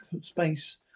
space